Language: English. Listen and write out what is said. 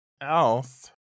else